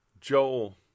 Joel